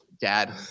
Dad